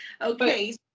Okay